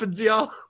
y'all